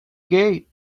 gate